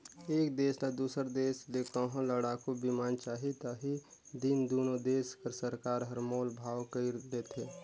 एक देस ल दूसर देस ले कहों लड़ाकू बिमान चाही ता ही दिन दुनो देस कर सरकार हर मोल भाव कइर लेथें